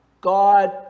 God